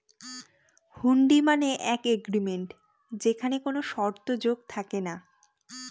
হুন্ডি মানে এক এগ্রিমেন্ট যেখানে কোনো শর্ত যোগ থাকে না